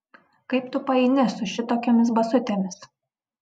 kaip tu paeini su šitokiomis basutėmis